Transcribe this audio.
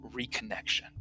reconnection